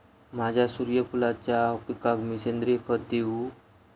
माझ्या सूर्यफुलाच्या पिकाक मी सेंद्रिय खत देवू?